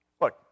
Look